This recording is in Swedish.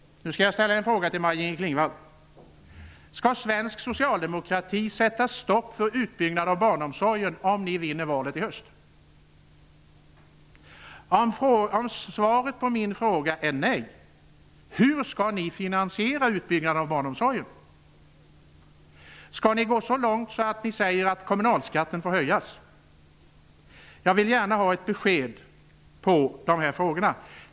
Jag vill ställa en fråga till Maj-Inger: Skall svensk socialdemokrati sätta stopp för utbyggnad av barnomsorgen om ni socialdemokrater vinner valet i höst? Om svaret på min fråga är nej, hur skall ni finansiera utbyggnad av barnomsorgen? Skall ni gå så långt att ni säger att kommunalskatten får höjas? Jag vill gärna ha ett besked när det gäller dessa frågor.